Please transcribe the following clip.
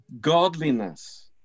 Godliness